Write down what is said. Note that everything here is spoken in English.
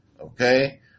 Okay